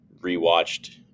rewatched